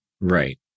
right